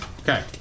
Okay